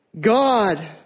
God